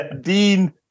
Dean